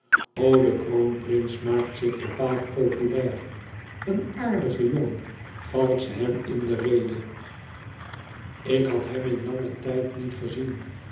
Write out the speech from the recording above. de kroonprins maakt zich bepaald populair een aardige jongen valt ze hem in de rede ik had hem in langen tijd niet gezien